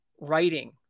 writing